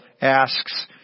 asks